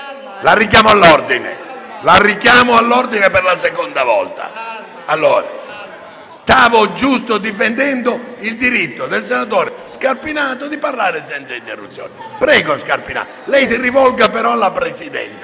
La richiamo all'ordine; la richiamo all'ordine per la seconda volta. Stavo giusto difendendo il diritto del senatore Scarpinato di parlare senza interruzione. Prego, senatore Scarpinato, lei si rivolga però alla Presidenza,